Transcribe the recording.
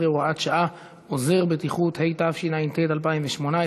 11, הוראת שעה) (עוזר בטיחות), התשע"ט 2018,